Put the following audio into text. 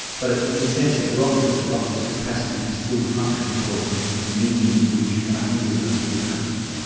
but ah in a sense it robs it ah of its capacity to still function for us as a medium in which ideas are its real currency.